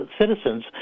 citizens